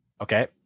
Okay